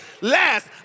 last